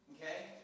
Okay